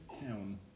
town